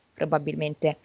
probabilmente